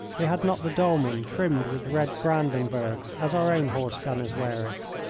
they had not the dolman trimmed with red brandenburgs as our own horse-gunners wear it.